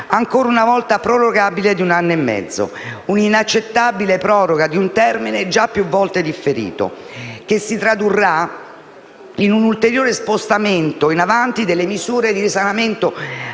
ancora una volta, prorogabile di un anno e mezzo: una inaccettabile proroga di un termine già più volte differito, che si tradurrà in un ulteriore spostamento in avanti delle misure di risanamento